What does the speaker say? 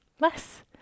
less